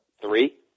Three